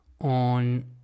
on